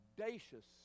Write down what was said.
audacious